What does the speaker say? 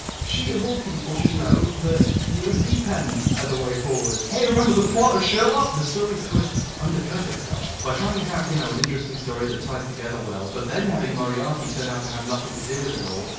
she of all people should know that usb pens are the way forward. hey, remember the plot of sherlock? the story's twists undercut itself by trying to have, you know, an interesting story that ties together well but then having moriarty turned out to have nothing to do with it all.